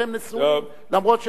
אף-על-פי שלא היו יכולים להיות נשואים.